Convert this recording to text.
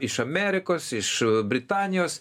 iš amerikos iš britanijos